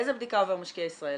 איזה בדיקה עובד משקיע ישראלי?